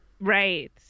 Right